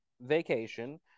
vacation